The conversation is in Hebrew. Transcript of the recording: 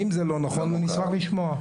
אם זה לא נכון נשמח לשמוע.